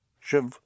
je